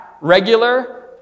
regular